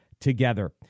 together